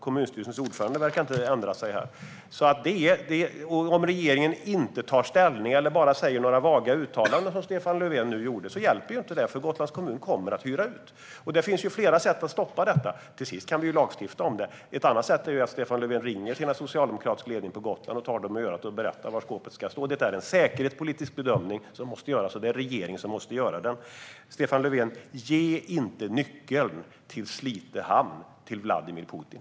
Kommunstyrelsens ordförande verkar inte ändra sig. Om regeringen inte tar ställning eller bara gör några vaga uttalanden, som Stefan Löfven nu gjorde, hjälper det inte. Gotlands kommun kommer att hyra ut. Det finns flera sätt att stoppa detta. Till sist kan vi lagstifta om det. Ett annat sätt är att Stefan Löfven ringer till den socialdemokratiska ledningen på Gotland, tar dem i örat och berättar var skåpet ska stå. Det är en säkerhetspolitisk bedömning som måste göras, och det är regeringen som måste göra den. Stefan Löfven! Ge inte nyckeln till Slite hamn till Vladimir Putin!